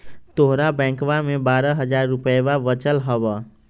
तोहर बैंकवा मे बारह हज़ार रूपयवा वचल हवब